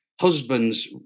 husband's